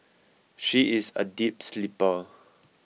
she is a deep sleeper